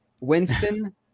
Winston